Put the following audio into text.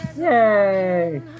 Yay